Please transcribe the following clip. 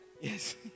Yes